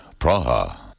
praha